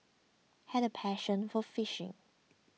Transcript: had a passion for fishing